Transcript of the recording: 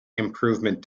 improvement